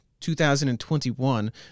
2021